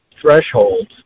threshold